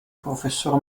professor